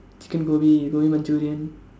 chicken gobi gobi manchurian